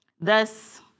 Thus